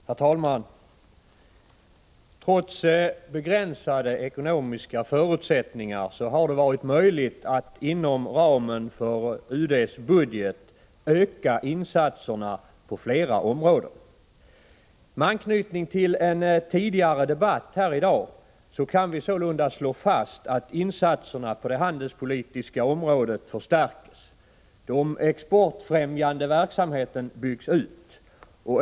Herr talman! Trots begränsade ekonomiska förutsättningar har det varit möjligt att inom ramen för UD:s budget öka insatserna på flera områden. Med anknytning till den debatt som fördes tidigare i dag kan vi slå fast att insatserna på det handelspolitiska området förstärks och att den exportfrämjande verksamheten byggs ut.